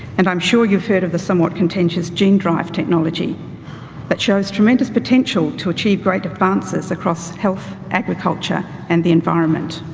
and i'm sure you've heard of the somewhat contentious gene drive technology that but shows tremendous potential to achieve great advances across health, agriculture, and the environment.